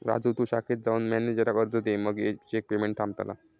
राजू तु शाखेत जाऊन मॅनेजराक अर्ज दे मगे चेक पेमेंट थांबतला